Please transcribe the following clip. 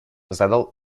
задал